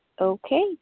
Okay